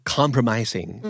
compromising